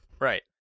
Right